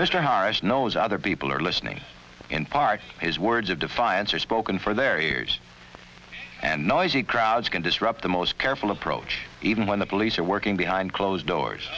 knows other people are listening in part his words of defiance are spoken for their ears and noisy crowds can disrupt the most careful approach even when the police are working behind closed doors